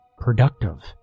productive